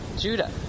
Judah